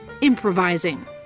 improvising